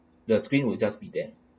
the screen will just be there